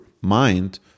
mind